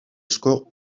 score